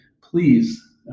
please